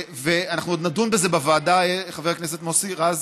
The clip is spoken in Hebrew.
אנחנו עוד נדון בזה בוועדה, חבר הכנסת מוסי רז.